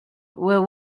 were